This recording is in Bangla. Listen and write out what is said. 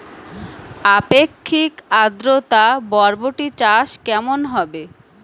আপেক্ষিক আদ্রতা বরবটি চাষ কেমন হবে?